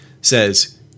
says